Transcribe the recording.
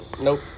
Nope